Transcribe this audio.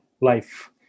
life